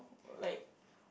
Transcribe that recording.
like